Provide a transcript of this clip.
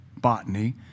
botany